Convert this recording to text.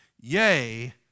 Yea